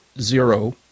zero